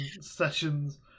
sessions